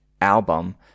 album